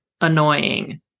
annoying